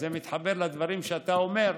וזה מתחבר לדברים שאתה אומר,